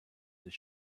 this